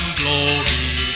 glory